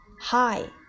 hi